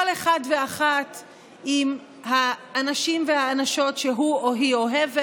כל אחד ואחת עם האנשים והאנשות שהוא או היא אוהבת,